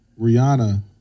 Rihanna